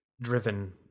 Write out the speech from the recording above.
driven